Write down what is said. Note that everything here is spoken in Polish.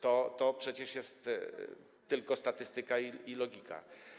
To przecież jest tylko statystyka i logika.